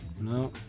No